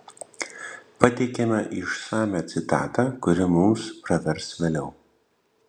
pateikiame išsamią citatą kuri mums pravers vėliau